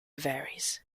varies